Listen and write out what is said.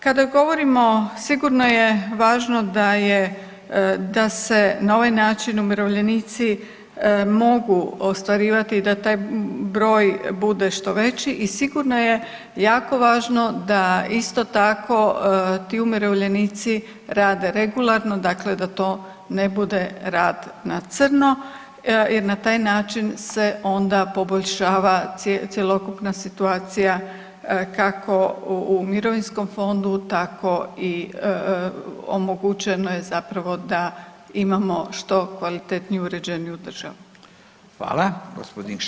Kada govorimo sigurno je važno da je, da se na ovaj način umirovljenici mogu ostvarivati i da taj broj bude što veći i sigurno je jako važno da isto tako ti umirovljenici rade regularno dakle da to ne bude rad na crno jer na taj način se onda poboljšava cjelokupna kako u mirovinskom fondu tako i omogućeno je zapravo da imamo što kvalitetniju i uređeniju državu.